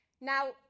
Now